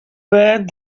bad